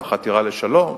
על החתירה לשלום,